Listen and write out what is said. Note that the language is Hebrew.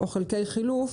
או חלקי חילוף,